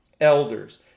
elders